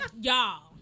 Y'all